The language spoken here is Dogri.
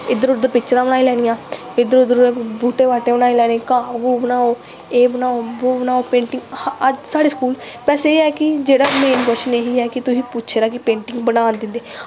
इद्धर उद्धर पिक्चरां बनाई लैनियां इद्धर उद्धर बूह्टे बाह्टे बनाई लैने घाह् घू बनाओ एह् बनाओ बो बनाओ पेंटिंग अज्ज साढ़े स्कूल बस एह् ऐ कि जेह्ड़ा मेन कव्शन एह् ऐ कि तुसें पुच्छे दा कि पेंटिंग बनाना दिंदे